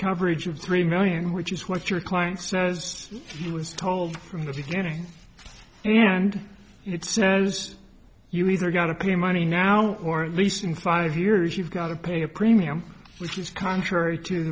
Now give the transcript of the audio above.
coverage of three million which is what your client says he was told from the beginning and it says you either got to pay money now or at least in five years you've got to pay a premium which is contrary to